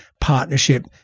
partnership